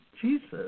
Jesus